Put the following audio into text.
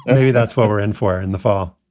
and maybe that's what we're in for in the fall